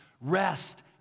rest